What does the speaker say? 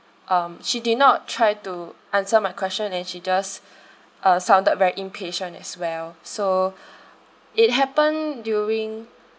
um she did not try to answer my question and she just uh sounded very impatient as well so it happened during